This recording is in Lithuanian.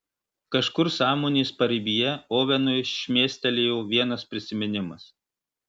kažkur sąmonės paribyje ovenui šmėstelėjo vienas prisiminimas